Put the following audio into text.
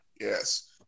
Yes